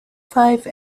five